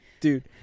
Dude